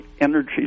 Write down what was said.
energy